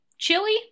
Chili